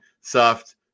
soft